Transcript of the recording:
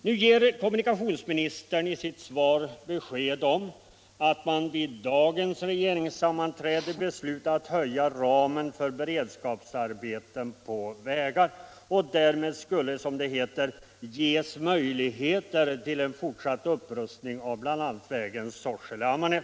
Nu ger kommunikationsministern i sitt svar besked om att man vid dagens regeringssammanträde ”beslutat om en höjning av ramen för beredskapsarbeten på vägar”. Därmed skulle, som det heter, ges möjligheter till en fortsatt upprustning av bl.a. vägen Sorsele-Ammarnäs.